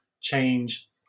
change